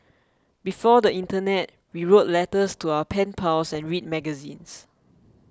before the internet we wrote letters to our pen pals and read magazines